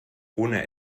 ohne